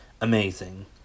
amazing